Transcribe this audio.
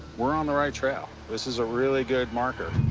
we're on the right trail. this is a really good marker.